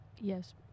Yes